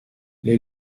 les